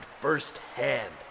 firsthand